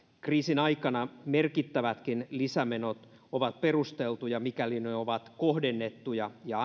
kriisin aikana merkittävätkin lisämenot ovat perusteltuja mikäli ne ovat kohdennettuja ja